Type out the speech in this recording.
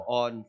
on